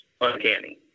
uncanny